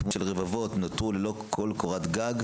רבבות נותרו ללא קורת גג,